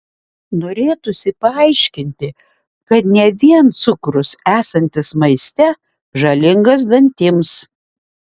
norėtųsi paaiškinti kad ne vien cukrus esantis maiste žalingas dantims